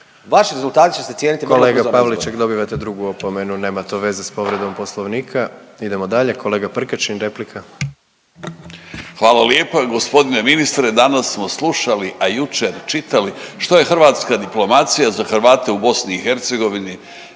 Gordan (HDZ)** Kolega Pavliček dobivate drugu opomenu, nema to veze s povredom poslovnika. Idemo dalje, kolega Prkačin replika. **Prkačin, Ante (HRB)** Hvala lijepa. Gospodine ministre, danas smo slušali, a jučer čitali što je hrvatska diplomacija za Hrvate u BiH